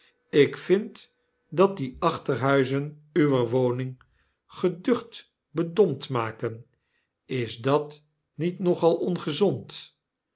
ik vind dat die achterhuizen uwe woning geducht bedompt maken is dat niet nogal ongezond